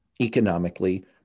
economically